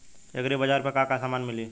एग्रीबाजार पर का का समान मिली?